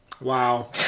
Wow